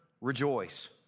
rejoice